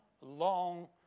long